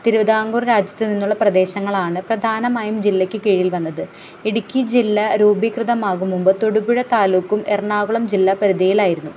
തിരുവിതാംകൂർ രാജ്യത്ത് നിന്നുള്ള പ്രദേശങ്ങളാണ് പ്രധാനമായും ജില്ലക്ക് കീഴിൽ വന്നത് ഇടുക്കി ജില്ല രൂപീകൃതമാകും മുമ്പ് തൊടുപുഴ താലൂക്കും എറണാകുളം ജില്ലാ പരിധിയിലായിരുന്നു